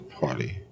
party